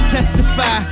Testify